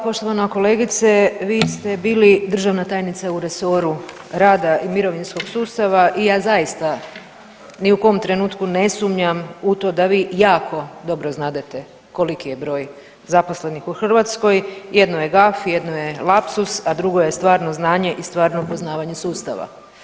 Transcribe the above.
Poštovana kolegice, vi ste bili državna tajnica u resoru rada i mirovinskog sustava i ja zaista ni u kom trenutku ne sumnjam u to da vi jako dobro znadete koliki je broj zaposlenih u Hrvatskoj, jedno je gaf, jedno je lapsus, a drugo je stvarno znanje i stvarno poznavanje sustava.